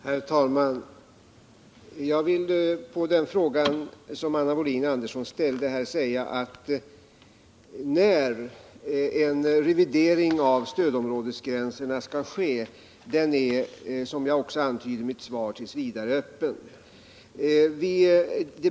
Herr talman! Jag vill såsom svar till Anna Wohlin-Andersson säga att frågan om när en revidering av stödområdesgränserna skall ske är, som jag också antyder i mitt svar, t. v. öppen.